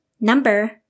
number